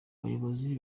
abayobozi